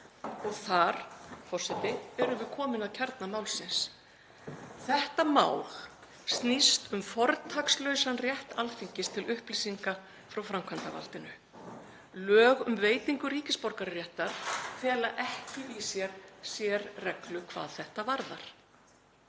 Og þar, forseti, erum við komin að kjarna málsins. Þetta mál snýst um fortakslausan rétt Alþingis til upplýsinga frá framkvæmdarvaldinu. Lög um veitingu ríkisborgararéttar fela ekki í sér sérreglu hvað þetta varðar.